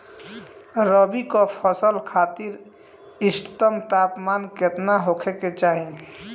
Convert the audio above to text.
रबी क फसल खातिर इष्टतम तापमान केतना होखे के चाही?